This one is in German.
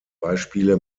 beispiele